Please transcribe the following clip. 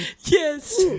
Yes